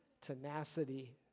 tenacity